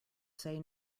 say